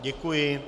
Děkuji.